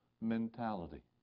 mentality